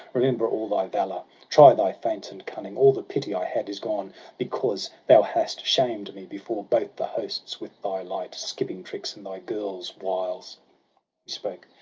remember all thy valour try thy feints and cunning! all the pity i had is gone because thou hast shamed me before both the hosts with thy light skipping tricks, and thy girl's wiles he spoke,